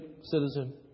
citizen